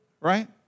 right